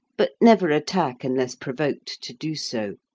but never attack unless provoked to do so.